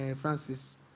Francis